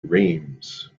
rheims